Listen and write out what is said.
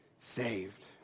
saved